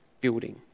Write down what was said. Building